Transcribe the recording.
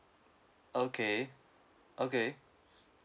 okay okay